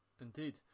Indeed